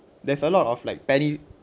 there's a lot of like barely